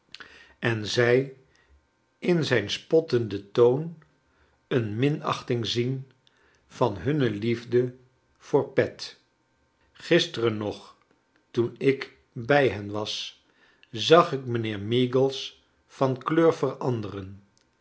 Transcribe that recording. en zij in zijn spottenden toon een minachting zien van hunne liefde voor pet gisteren nog toen ik bij hen was zag ik mijnheer meagles van kleur veranderen